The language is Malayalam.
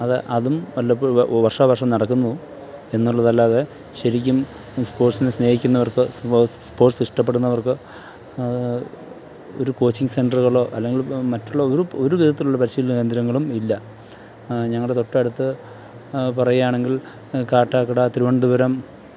അത് അതും വല്ലപ്പോഴും വ വർഷാവർഷം നടക്കുന്നു എന്നുള്ളതല്ലാതെ ശരിക്കും സ്പോട്സിനെ സ്നേഹിക്കുന്നവർക്ക് സ്പോർട്സ് സ്പോർട്സ് ഇഷ്ടപ്പെടുന്നവർക്ക് ഒരു കോച്ചിംഗ് സെൻ്ററുകളോ അല്ലെങ്കിൽ മറ്റുള്ള ഒരു ഒരുവിധത്തിലുള്ള പരിശീലന കേന്ദ്രങ്ങളും ഇല്ല ഞങ്ങളുടെ തൊട്ടടുത്ത് പറയുകയാണെങ്കിൽ കാട്ടാക്കട തിരുവനന്തപുരം